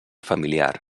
familiar